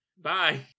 bye